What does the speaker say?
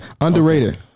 Underrated